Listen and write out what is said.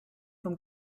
from